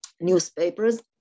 newspapers